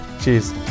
Cheers